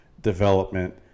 development